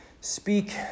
speak